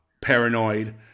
paranoid